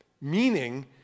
Meaning